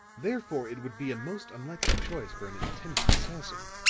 therefore, it would be a most unlikely choice for an intending assassin.